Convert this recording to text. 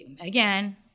again